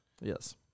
Yes